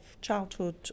childhood